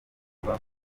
kuba